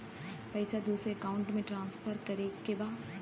पैसा दूसरे अकाउंट में ट्रांसफर करें के बा?